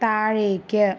താഴേക്ക്